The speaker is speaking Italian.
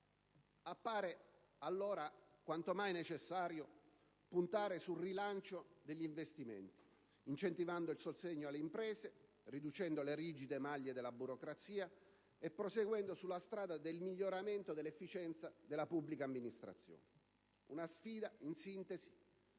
Appare allora quanto mai necessario puntare sul rilancio degli investimenti, incentivando il sostegno alle imprese, riducendo le rigide maglie della burocrazia e proseguendo sulla strada del miglioramento dell'efficienza della pubblica amministrazione. Una sfida, in sintesi,